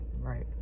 Right